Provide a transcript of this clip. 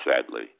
sadly